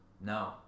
No